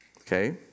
okay